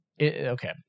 Okay